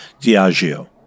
Diageo